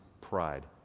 pride